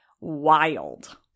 wild